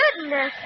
goodness